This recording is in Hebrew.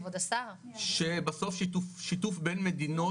שבסוף שיתוף בין מדינות,